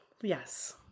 yes